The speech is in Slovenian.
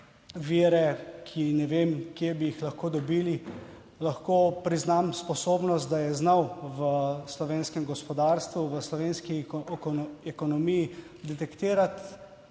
vire, ki ne vem kje bi jih lahko dobili. Lahko priznam sposobnost, da je znal v slovenskem gospodarstvu, v slovenski ekonomiji detektirati